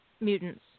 mutants